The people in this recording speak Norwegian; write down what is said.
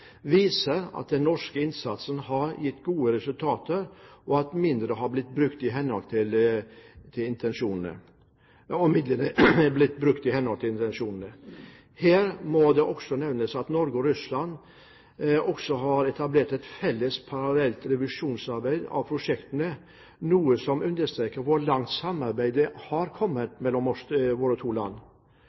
viser at den norske innsatsen har gitt gode resultater, og at midlene har blitt brukt i henhold til intensjonene. Her må det også nevnes at Norge og Russland har etablert en felles parallell revisjon av prosjektene, noe som understreker hvor langt samarbeidet har kommet mellom våre to land.